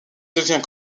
devient